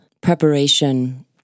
preparation